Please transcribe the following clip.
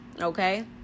Okay